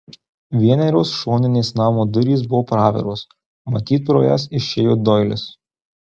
vienerios šoninės namo durys buvo praviros matyt pro jas išėjo doilis